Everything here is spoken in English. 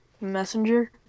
Messenger